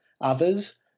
others